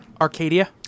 Arcadia